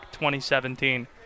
2017